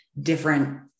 different